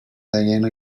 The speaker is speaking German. diana